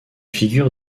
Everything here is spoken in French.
figure